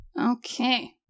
Okay